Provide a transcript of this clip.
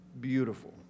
beautiful